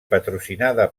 patrocinada